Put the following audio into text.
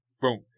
boom